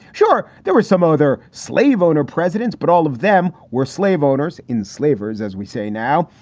sure. there were some other slave owner presidents, but all of them were slave owners. enslavers, as we say now,